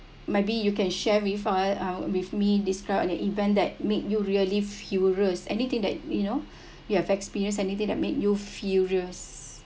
maybe you can share with ours with me described a event that made you really furious anything that you know you have experience anything that made you furious